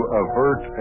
avert